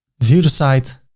view the site,